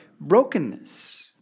brokenness